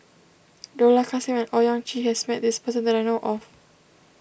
Dollah Kassim and Owyang Chi has met this person that I know of